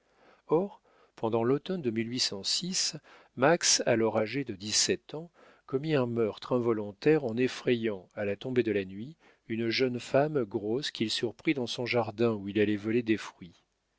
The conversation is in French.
or pendant l'automne de ma à alors âgé de dix-sept ans commit un meurtre involontaire en effrayant à la tombée de la nuit une jeune femme grosse qu'il surprit dans son jardin où il allait voler des fruits